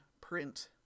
print